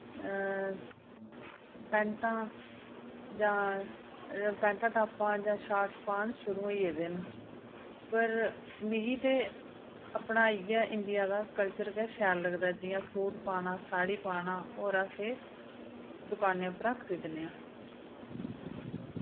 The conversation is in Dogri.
पैंटां जां पैंटां टापां जां शर्टां पान शुरू होई गेदे न पर मिगी ते अपना इ'यै इंडिया दा कल्चर गै शैल लगदा जि'यां सूट पाना सारी पाना और अस एह् दकानें उप्परा खरीदनेआं